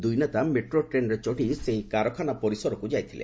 ଦୁଇ ନେତା ମେଟ୍ରୋ ଟ୍ରେନ୍ରେ ଚଢ଼ି ସେହି କାରଖାନା ପରିସରକୁ ଯାଇଥିଲେ